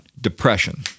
depression